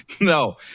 No